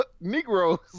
Negroes